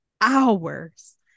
hours